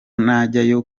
najyayo